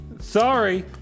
Sorry